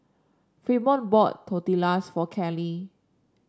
Fremont bought Tortillas for Kelly